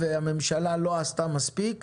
והממשלה לא עשתה מספיק בנושא,